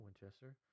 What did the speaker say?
Winchester